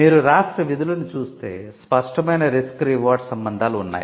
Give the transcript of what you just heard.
మీరు రాష్ట్ర విధులను చూస్తే స్పష్టమైన రిస్క్ రివార్డ్ సంబంధాలు ఉన్నాయి